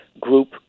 group